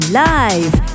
live